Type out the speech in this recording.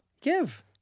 Give